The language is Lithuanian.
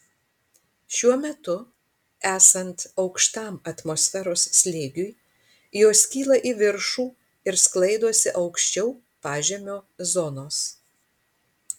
šiuo metu esant aukštam atmosferos slėgiui jos kyla į viršų ir sklaidosi aukščiau pažemio zonos